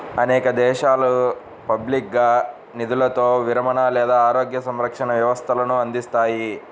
అనేక దేశాలు పబ్లిక్గా నిధులతో విరమణ లేదా ఆరోగ్య సంరక్షణ వ్యవస్థలను అందిస్తాయి